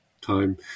time